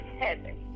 heaven